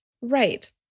Right